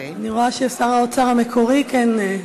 אני רואה ששר האוצר המקורי כן כאן.